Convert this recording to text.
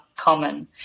Common